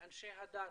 לאנשי הדת,